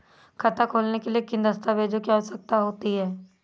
खाता खोलने के लिए किन दस्तावेजों की आवश्यकता होती है?